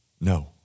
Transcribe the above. No